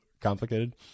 complicated